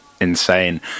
insane